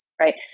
right